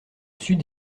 sud